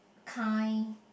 kind